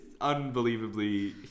unbelievably